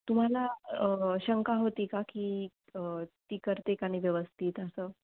तुम्हाला शंका होती का की ती करते का नाही व्यवस्थित असं